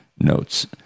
notes